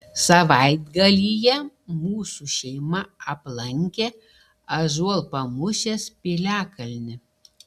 savaitgalyje mūsų šeima aplankė ąžuolpamūšės piliakalnį